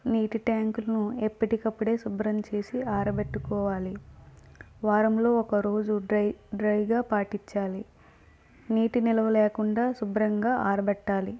నీటి ట్యాంకును ఎప్పటికప్పుడే శుభ్రం చేసి ఆరబెట్టుకోవాలి వారంలో ఒకరోజు డ్రై డ్రైగా పాటిచ్చాలి నీటి నిలువ లేకుండా శుభ్రంగా ఆరబెట్టాలి